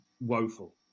woeful